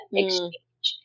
exchange